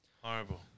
Horrible